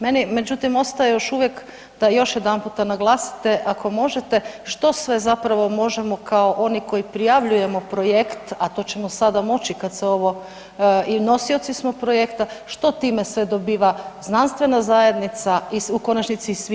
Meni je međutim, ostaje još uvijek da još jedanputa naglasite, ako možete, što sve zapravo možemo kao oni koji prijavljujemo projekt, a to ćemo sada moći kada se ovo i nosioci smo projekta, što time se dobiva znanstvena zajednica i u konačnici, svi mi ostali?